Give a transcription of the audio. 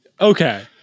okay